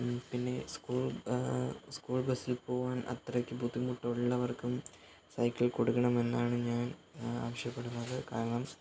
പിന്നെ school school ബസില് പോവാന് അത്രയ്ക്ക് ബുദ്ധിമുട്ട് ഉള്ളവര്ക്കും സൈക്കിള് കൊടുക്കണം എന്നാണ് ഞാന് ആവശ്യപ്പെടുന്നത് കാരണം